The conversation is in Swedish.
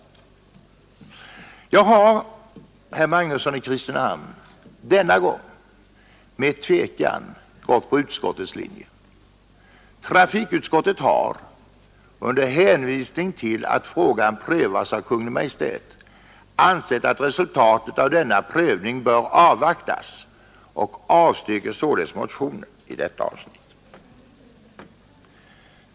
137 Jag har, herr Magnusson i Kristinehamn, denna gång med tvekan gått på utskottets linje. Trafikutskottet har under hänvisning till att frågan prövas av Kungl. Maj:t ansett att resultatet av denna prövning bör avvaktas, och utskottet har därför avstyrkt motionen.